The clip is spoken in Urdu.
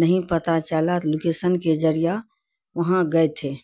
نہیں پتا چلا لوکیسن کے ذریعہ وہاں گئے تھے